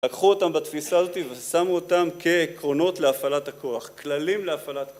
לקחו אותם בתפיסה הזאת ושמו אותם כעקרונות להפעלת הכוח, כללים להפעלת הכוח